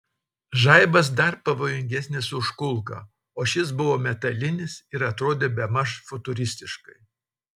žaibas dar pavojingesnis už kulką o šis buvo metalinis ir atrodė bemaž futuristiškai